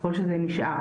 ככל שזה נשאר.